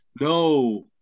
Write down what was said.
no